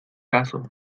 caso